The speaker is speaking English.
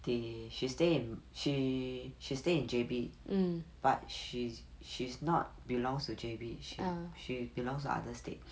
they she stay in she she stay in J_B but she's she's not belongs to J_B she belongs to other state